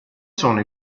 sono